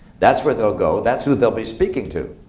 that's where they'll go. that's who they'll be speaking to.